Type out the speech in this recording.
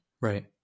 Right